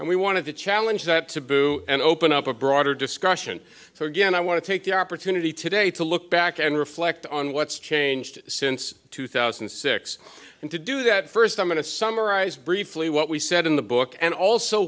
and we wanted to challenge that to boo and open up a broader discussion so again i want to take the opportunity today to look back and reflect on what's changed since two thousand and six and to do that first i'm going to summarize briefly what we said in the book and also